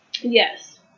yes